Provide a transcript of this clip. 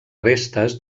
restes